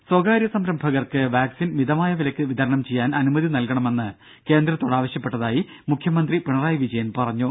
രംഭ സ്വകാര്യ സംരംഭകർക്ക് വാക്സിൻ മിതമായ വിലയ്ക്ക് വിതരണം ചെയ്യാൻ അനുമതി നൽകണമെന്ന് കേന്ദ്രത്തോട് ആവശ്യപ്പെട്ടതായി മുഖ്യമന്ത്രി പിണറായി വിജയൻ പറഞ്ഞു